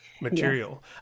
material